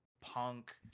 punk